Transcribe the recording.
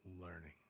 learning